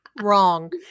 Wrong